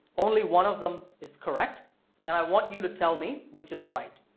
only one of them is correct and i want you to tell me which is right.